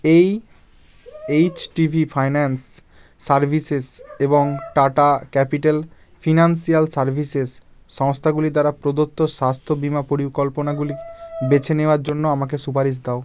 এই এইচটিভি finance services এবং টাটা ক্যাপিটাল ফিনান্সিয়াল সার্ভিসেস সংস্থাগুলি দ্বারা প্রদত্ত স্বাস্থ্য বিমা পরিকল্পনাগুলি বেছে নেওয়ার জন্য আমাকে সুপারিশ দাও